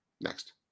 Next